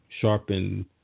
sharpen